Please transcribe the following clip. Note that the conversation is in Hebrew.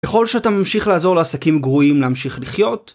ככל שאתה ממשיך לעזור לעסקים גרועים להמשיך לחיות